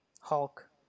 Hulk